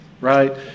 right